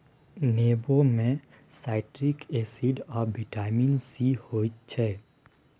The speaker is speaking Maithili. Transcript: नेबो मे साइट्रिक एसिड आ बिटामिन सी होइ छै